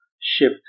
shift